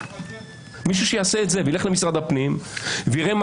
צריך מישהו שיעשה את זה וילך למשרד הפנים ויראה מה